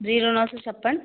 zero नौ सौ छप्पन